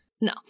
No